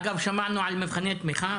שמענו על מבחני תמיכה.